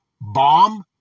bomb